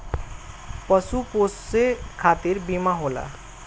पशु पोसे खतिर बीमा होला